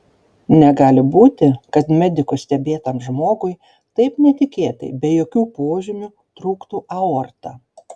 negali būti kad medikų stebėtam žmogui taip netikėtai be jokių požymių trūktų aorta